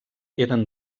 eren